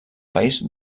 país